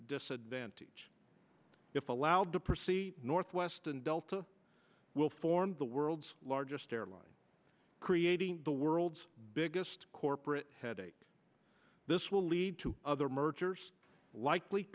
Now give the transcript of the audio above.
disadvantage if allowed to proceed northwest and delta will form the world's largest airline creating the world's biggest corporate headache this will lead to other mergers likely